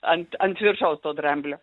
ant ant viršaus to dramblio